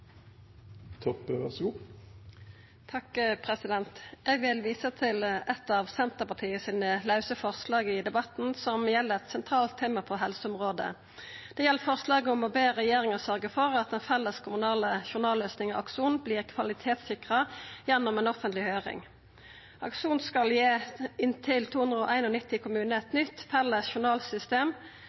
Eg vil visa til eit av forslaga frå Senterpartiet i denne debatten, som gjeld eit sentralt tema på helseområdet. Det gjeld forslaget om å be regjeringa sørgja for at den felles kommunale journalløysinga Akson vert kvalitetssikra gjennom ei offentleg høyring. Akson skal gi inntil 291 kommunar eit nytt felles journalsystem og